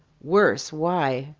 worse! why?